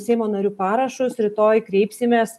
seimo narių parašus rytoj kreipsimės